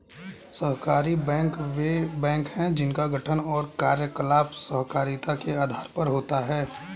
सहकारी बैंक वे बैंक हैं जिनका गठन और कार्यकलाप सहकारिता के आधार पर होता है